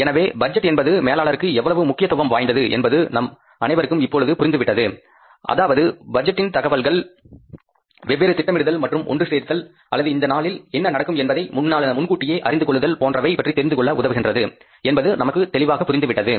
எனவே பட்ஜெட் என்பது மேலாளருக்கு எவ்வளவு முக்கியத்துவம் வாய்ந்தது என்பது நம் அனைவருக்கும் இப்பொழுது புரிந்துவிட்டது அதாவது பட்ஜெட்டின் தகவல்கள் எவ்வாறு திட்டமிடுதல் மற்றும் ஒன்று சேர்த்தல் அல்லது இந்நாளில் என்ன நடக்கும் என்பதை முன்கூட்டியே அறிந்து கொள்ளுதல் போன்றவை பற்றி தெரிந்து கொள்ள உதவுகின்றது என்பது நமக்கு தெளிவாக புரிந்துவிட்டது